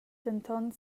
denton